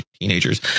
teenagers